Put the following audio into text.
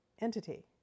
entity